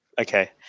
okay